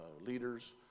leaders